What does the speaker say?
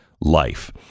life